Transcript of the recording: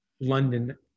London